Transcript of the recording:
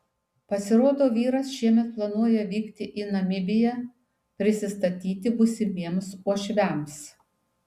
pasirodo vyras šiemet planuoja vykti į namibiją prisistatyti būsimiems uošviams